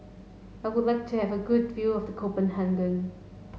I would like to have a good view of the Copenhagen